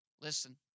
Listen